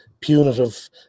punitive